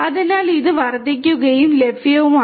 അതിനാൽ ഇത് വർദ്ധിക്കുകയും ലഭ്യവുമാണ്